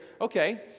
okay